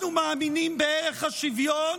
אנחנו מאמינים בערך השוויון,